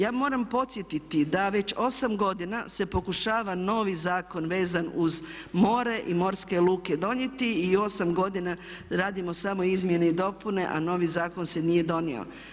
Ja moram podsjetiti da već 8 godina se pokušava novi zakon vezan uz more i morske luke donijeti i osam godina radimo samo izmjene i dopune a novi zakon se nije donio.